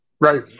right